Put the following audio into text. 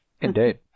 Indeed